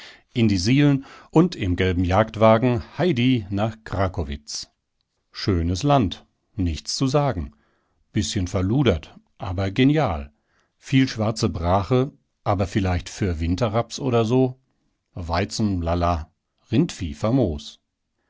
in die sielen und im gelben jagdwagen heidi nach krakowitz schönes land nichts zu sagen bißchen verludert aber genial viel schwarze brache aber vielleicht für winterraps oder so weizen lala rindvieh famos